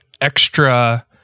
extra